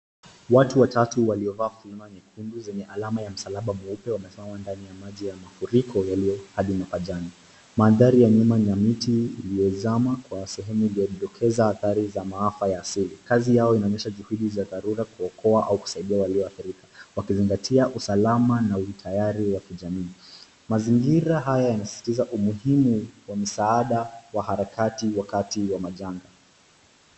Watu watatu waliovaa fulana nyekundu zenye alama ya msalaba mweupe wamesimama ndani ya maji ya mafuriko yaliyo hadi mapajani. Mandhari ya nyuma ni ya miti iliyozama kwa sehemu iliyodokeza adhari za maafa ya asili. Kazi yao inaonyesha juhudi za dharura kuokoa au kusaidia walioadhirika, wakizingatia usalama na utayari wa kijamii. Mazingira haya yanasisitiza umuhimu wa misaada wa harakati wakati wa majanga.